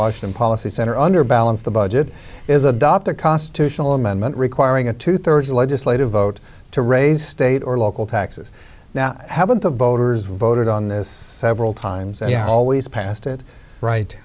washington policy center under balance the budget is adopt a constitutional amendment requiring a two thirds legislative vote to raise state or local taxes now haven't the voters voted on this several times they always passed it right